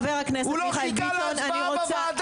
הוא לא חיכה להצבעה בוועדה הזאת.